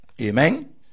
Amen